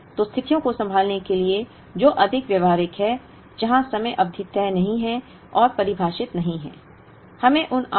तो स्थितियों को संभालने के लिए जो अधिक व्यावहारिक हैं जहां समय अवधि तय नहीं है और परिभाषित नहीं है